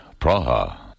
Praha